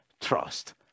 trust